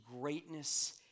greatness